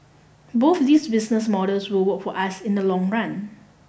both these business models will work for us in the long run